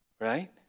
right